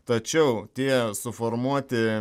tačiau tie suformuoti